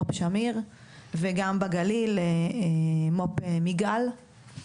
מו"פ שמיר וגם בגליל מו"פ מיגל.